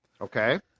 Okay